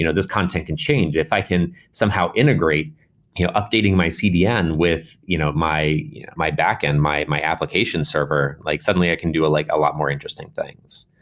you know this content can change. if i can somehow integrate you know updating my cdn with you know my my backend, my my application server, like suddenly i can do like a lot more interesting things.